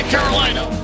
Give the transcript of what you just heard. Carolina